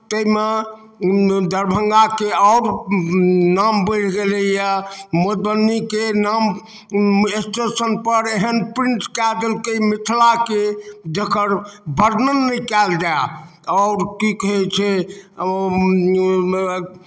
ताहिमे दरभंगाके आओर नाम बढ़ि गेलैए मधुबनीके नाम स्टेशनपर एहन प्रिंट कए देलकै मिथिलाके जकर वर्णन नहि कयल जाय आओर की कहैत छै